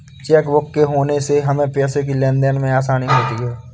chequebook के होने से हमें पैसों की लेनदेन में आसानी होती हैँ